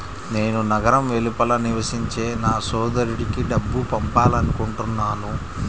నేను నగరం వెలుపల నివసించే నా సోదరుడికి డబ్బు పంపాలనుకుంటున్నాను